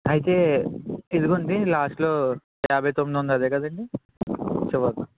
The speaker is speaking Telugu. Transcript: అయితే ఇదిగోండి లాస్ట్లో యాభై తొమ్మిది ఉంది అదే కదండి చివరిలో